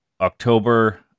October